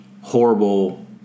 horrible